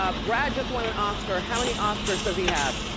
ah brad just won an oscar. how many oscars does he have?